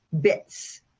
bits